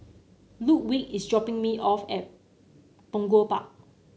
Ludwig is dropping me off at Punggol Park